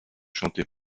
chanter